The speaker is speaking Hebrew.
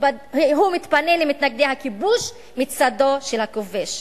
הוא מתפנה למתנגדי הכיבוש מצדו של הכובש.